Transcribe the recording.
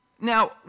Now